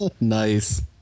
nice